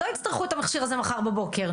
לא יצטרכו את המכשיר הזה מחר בבוקר.